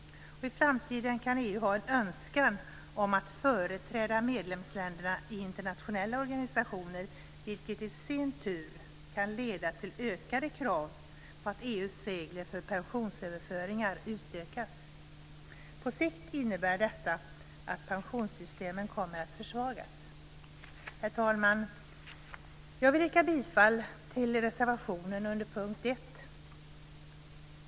I framtiden kan EU ha en önskan om att företräda medlemsländerna i internationella organisationer, vilket i sin tur kan leda till ökade krav på att EU:s regler för pensionsöverföringar utökas. På sikt innebär detta att pensionssystemen kommer att försvagas. Herr talman! Jag vill yrka bifall till reservationen under punkt 1.